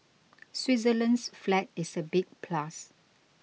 Switzerland's flag is a big plus